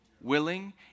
willing